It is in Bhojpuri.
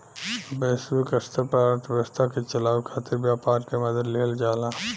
वैश्विक स्तर पर अर्थव्यवस्था के चलावे खातिर व्यापार के मदद लिहल जाला